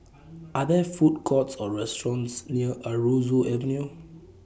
Are There Food Courts Or restaurants near Aroozoo Avenue